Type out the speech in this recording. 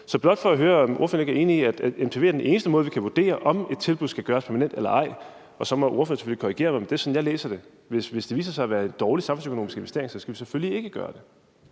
er enig i, at en MTV er den eneste måde, vi kan vurdere, om et tilbud skal gøres permanent eller ej. Så må ordføreren selvfølgelig korrigere mig, men det er sådan, jeg læser det. Hvis det viser sig at være en dårlig samfundsøkonomisk investering, skal vi selvfølgelig ikke gøre det.